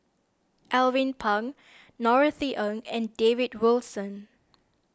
Alvin Pang Norothy Ng and David Wilson